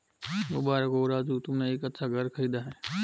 मुबारक हो राजू तुमने एक अच्छा घर खरीदा है